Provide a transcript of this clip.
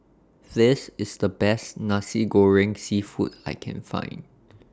This IS The Best Nasi Goreng Seafood that I Can Find